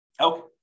Okay